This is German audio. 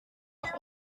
doch